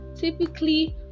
Typically